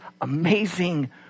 amazing